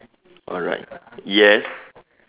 alright yes